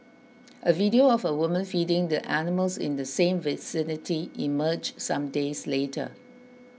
a video of a woman feeding the animals in the same vicinity emerged some days later